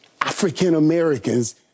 African-Americans